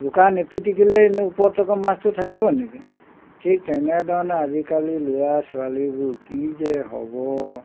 বোকা নিপিটিকিলেই এনে ওপৰত মাছটো থাকিব নেকি ঠিক তেনেধৰণে আজিকালি ল'ৰা ছোৱালীবোৰ কি যে হ'ব